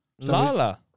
Lala